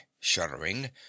shuddering